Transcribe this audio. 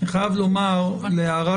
הערת